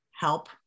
help